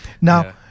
Now